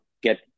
get